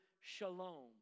shalom